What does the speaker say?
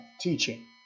Teaching